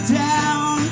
down